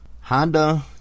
Honda